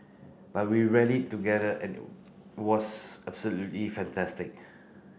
but we rallied together and it was absolutely fantastic